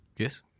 Yes